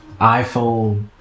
iPhone